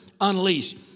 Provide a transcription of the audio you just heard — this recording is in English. unleashed